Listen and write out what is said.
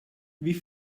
wie